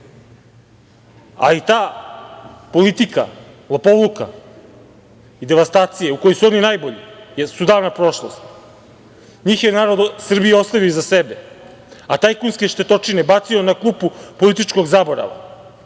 ali ta politika lopovluka, devastacije u kojoj su oni najbolji, jesu davna prošlost. Njih je narod Srbije ostavio iza sebe, a tajkunske štetočine bacio na klupu političkog zaborava.